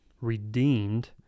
redeemed